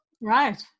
Right